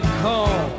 call